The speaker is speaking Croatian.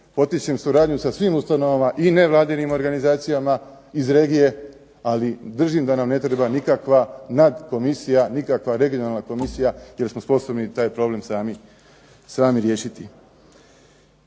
potičem suradnju sa svim ustanovama i nevladinim organizacijama iz regije, ali držim da nam ne treba nikakva nad komisija, nikakva regionalna komisija jer smo sposobni taj problem sami riješiti.